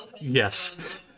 yes